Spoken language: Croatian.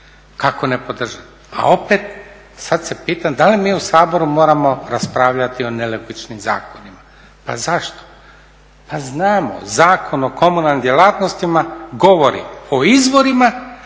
Kako ne podržati? Pa opet sad se pitam da li mi u Saboru moramo raspravljati o nelogičnim zakonima. Pa zašto, pa znamo Zakon o komunalnim djelatnostima govori o izvorima